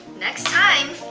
next time.